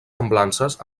semblances